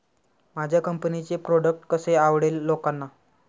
माझ्या कंपनीचे प्रॉडक्ट कसे आवडेल लोकांना?